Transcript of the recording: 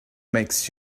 makes